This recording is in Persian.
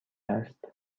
است